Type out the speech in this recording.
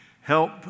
Help